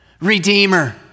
Redeemer